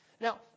Now